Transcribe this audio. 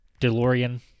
DeLorean